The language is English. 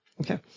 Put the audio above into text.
Okay